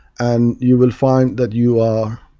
and you will find that you are